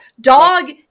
dog